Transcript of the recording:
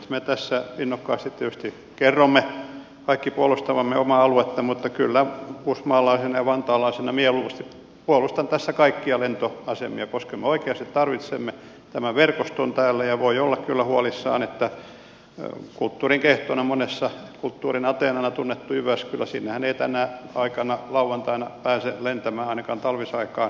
me tässä innokkaasti tietysti kerromme kaikki puolustavamme omaa aluetta mutta kyllä uusimaalaisena ja vantaalaisena mieluusti puolustan kaikkia lentoasemia koska me oikeasti tarvitsemme tämän verkoston täällä ja voi olla kyllä huolissaan että kulttuurin kehtona monessa kulttuurin ateenana tunnettuun jyväskylään ei tänä aikana lauantaina pääse lentämään ainakaan talvisaikaan ollenkaan